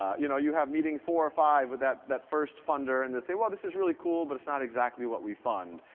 you know, you have meeting four or five with that that first funder, and they say well this is really cool, but it's not exactly what we fund.